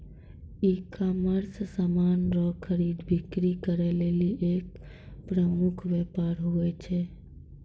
ecommerce समान रो खरीद बिक्री करै लेली एक प्रमुख वेपार हुवै छै